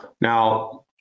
Now